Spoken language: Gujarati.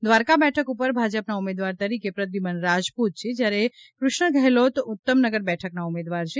દ્વારકા બેઠક ઉપર ભાજપ ના ઉમેદવાર તરીકે પ્રદ્યુમન રાજપૂત છે જ્યારે શ્રીકૃષ્ણ ગેહલોત ઉત્તમનગર બેઠક ના ઉમેદવાર છે